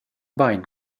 bain